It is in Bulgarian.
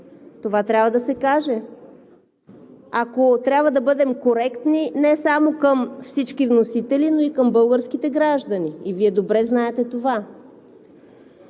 Това трябва да се каже, ако трябва да бъдем коректни не само към всички вносители, но и към българските граждани, и Вие добре знаете това.